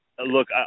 Look